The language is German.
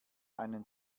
einen